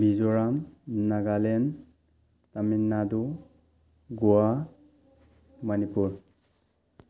Mizoram Nagaland Tamil Nadu Goa Manipur